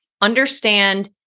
understand